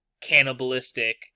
cannibalistic